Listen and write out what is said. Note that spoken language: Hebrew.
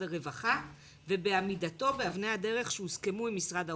הרווחה ועמידתו באבני הדרך שהוסכמו עם משרד האוצר.